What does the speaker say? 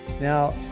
Now